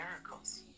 miracles